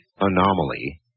anomaly